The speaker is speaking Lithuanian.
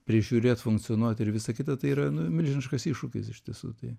prižiūrėt funkcionuot ir visa kita tai yra nu milžiniškas iššūkis iš tiesų tai